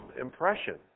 impression